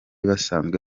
basanzwe